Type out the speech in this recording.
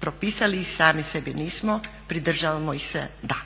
Propisali ih sami sebi nismo, pridržavamo ih se da.